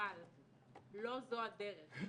אבל לא זו הדרך.